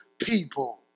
people